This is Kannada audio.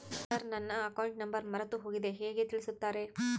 ಸರ್ ನನ್ನ ಅಕೌಂಟ್ ನಂಬರ್ ಮರೆತುಹೋಗಿದೆ ಹೇಗೆ ತಿಳಿಸುತ್ತಾರೆ?